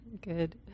good